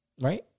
right